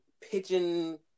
pigeon